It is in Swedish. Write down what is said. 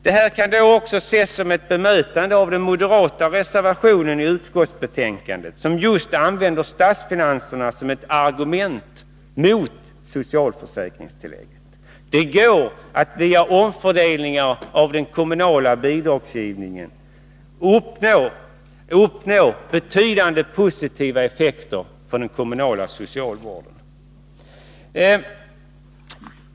Detta kan också ses som ett bemötande av den moderata reservationen i utskottsbetänkandet, som just använde statsfinanserna som ett argument mot socialförsäkringstillägget. Det går att via omfördelningar av den kommunala bidragsgivningen uppnå betydande positiva effekter för den kommunala socialvården.